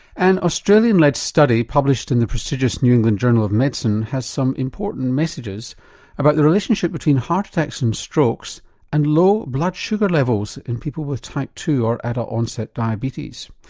an australian-led like study published in the prestigious new england journal of medicine has some important messages about the relationship between heart attacks and strokes and low blood sugar levels in people with type two or adult onset diabetes.